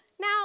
Now